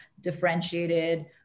differentiated